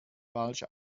falsch